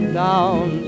down